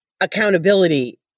accountability